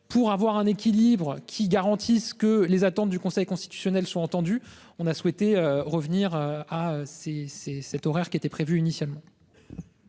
pour avoir un équilibre qui garantissent que les attentes du Conseil constitutionnel soit. On a souhaité revenir à ces ces cet horaire qui était prévu initialement.